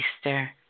Easter